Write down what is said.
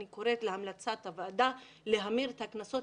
אני קוראת לוועדה להמליץ להמיר את הקנסות